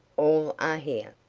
all are here.